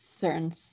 certain